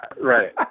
Right